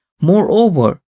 Moreover